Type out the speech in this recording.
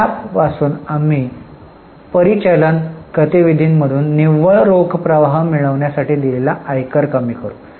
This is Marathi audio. त्यापासून आम्ही परिचालन गतिविधींमधून निव्वळ रोख प्रवाह मिळवण्यासाठी दिलेला आयकर कमी करू